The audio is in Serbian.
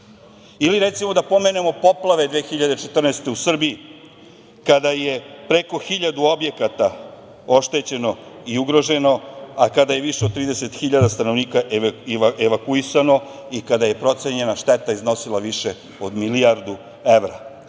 Recimo da pomenemo i poplave 2014. godine u Srbiji, kada je preko hiljadu objekata oštećeno i ugroženo, a kada je više od 30.000 stanovnika evakuisano i kada je procenjena šteta iznosila više od milijardu evra. Takve